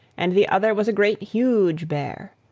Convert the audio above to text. and the other was a great, huge bear.